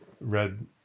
read